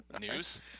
News